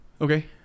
Okay